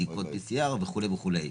בדיקות PCR וכו' וכו'.